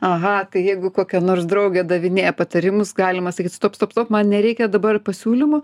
aha tai jeigu kokia nors draugė davinėja patarimus galima sakyt stop stop stop man nereikia dabar pasiūlymų